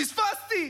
פספסתי.